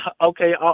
Okay